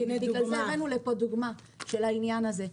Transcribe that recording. ובגלל זה הבאנו לפה דוגמה של העניין הזה.